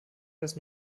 des